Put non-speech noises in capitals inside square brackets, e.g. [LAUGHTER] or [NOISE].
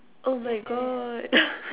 oh my God [LAUGHS]